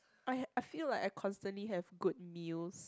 I I feel like I constantly have good meals